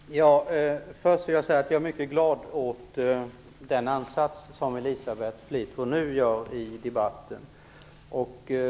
Herr talman! Jag vill först säga att jag är mycket glad för den ansats som Elisabeth Fleetwood nu gör i debatten.